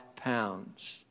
pounds